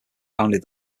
founded